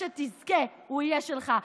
הוא יהיה שלך,